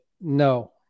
no